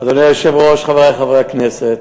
אדוני היושב-ראש, חברי חברי הכנסת,